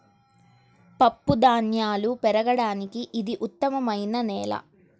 పప్పుధాన్యాలు పెరగడానికి ఇది ఉత్తమమైన నేల